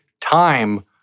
time